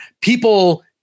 people